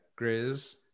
Grizz